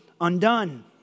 undone